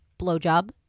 blowjob